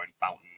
fountain